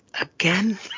again